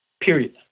Period